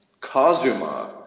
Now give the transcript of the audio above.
Kazuma